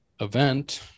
event